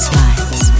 lives